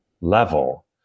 level